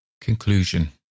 Conclusion